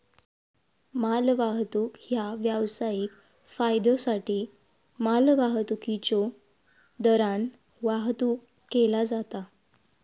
मालवाहतूक ह्या व्यावसायिक फायद्योसाठी मालवाहतुकीच्यो दरान वाहतुक केला जाता